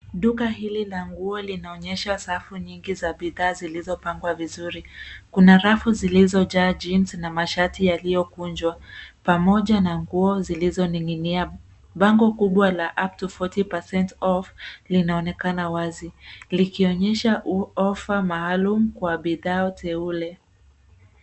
Duka hili la nguo linaonyesha safu nyingi za bidhaa zilizopangwa vizuri. Kuna rafu zilizojaa jeans na mashati yaliyokunjwa pamoja na nguo zilizoning'inia. Bango kubwa la up to 40% off linaonekana wazi likionyesha ofa maalum kwa bidhaa teule.